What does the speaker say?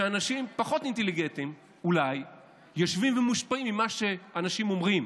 שאנשים פחות אינטליגנטיים אולי יושבים ומושפעים ממה שאנשים אומרים